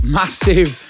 massive